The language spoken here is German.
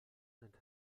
sind